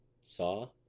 Saw